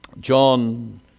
John